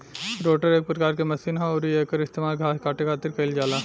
rotor एक प्रकार के मशीन ह अउरी एकर इस्तेमाल घास काटे खातिर कईल जाला